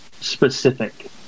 specific